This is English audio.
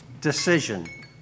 decision